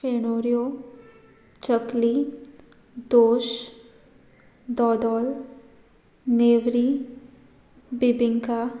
फेणोऱ्यो चकली दोश दोदोल नेवरी बिबिंका